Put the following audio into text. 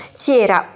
c'era